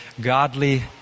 godly